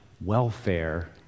welfare